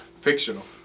Fictional